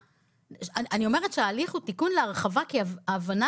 אני אומרת שההליך הוא תיקון להרחבה כי ההבנה